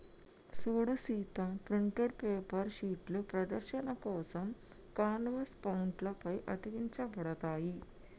సూడు Sita printed paper షీట్లు ప్రదర్శన కోసం కాన్వాస్ మౌంట్ల పై అతికించబడతాయి